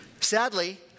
Sadly